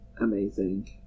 amazing